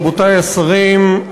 רבותי השרים,